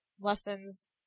lessons